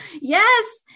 Yes